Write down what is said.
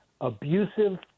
abusive